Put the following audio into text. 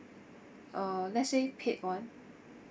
uh let's say paid one